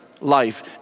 life